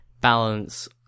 balance